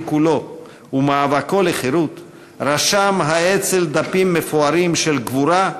כולו ומאבקו לחירות רשם האצ"ל דפים מפוארים של גבורה,